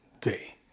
day